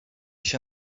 się